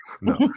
No